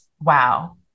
wow